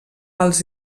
als